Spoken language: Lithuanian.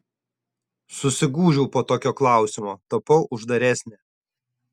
susigūžiau po tokio klausimo tapau uždaresnė